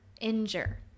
injure